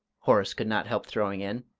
horace could not help throwing in,